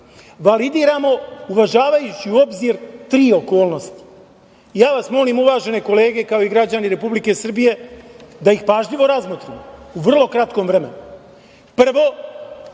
Validiramo, uvažavajući u obzir tri okolnosti. Ja vas molim, uvažene kolega, kao i građani Republike Srbije, da ih pažljivo razmotrimo u vrlo kratkom vremenu. Prvo,